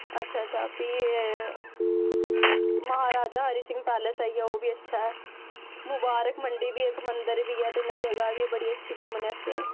अच्छा अच्छा फ्ही महाराजा हरी सिंह पैलेस आई गेआ ओह् बी अच्छा ऐ मुबारक मंडी बी इक मंदर बी ऐ ते इयां जगह् बी बड़ी अच्छी घूमने आस्तै